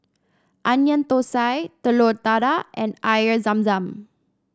Onion Thosai Telur Dadah and Air Zam Zam